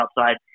outside